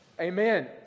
Amen